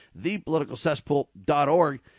thepoliticalcesspool.org